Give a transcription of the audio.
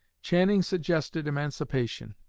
channing suggested emancipation,